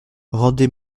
rendez